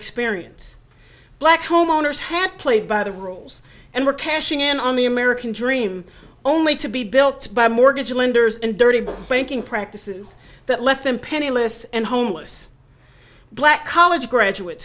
experience black homeowners had played by the rules and were cashing in on the american dream only to be built by mortgage lenders and dirty banking practices that left them penniless and homeless black college graduate